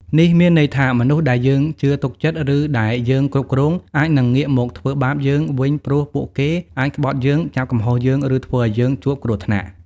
នេះមានន័យថាមនុស្សដែលយើងជឿទុកចិត្ត ឬដែលយើងគ្រប់គ្រង អាចនឹងងាកមកធ្វើបាបយើងវិញព្រោះពួកគេអាចក្បត់យើង ចាប់កំហុសយើង ឬធ្វើឱ្យយើងជួបគ្រោះថ្នាក់។